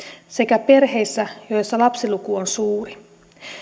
sekä perheissä joissa lapsiluku on suuri